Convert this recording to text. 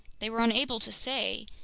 they were unable to say.